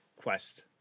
quest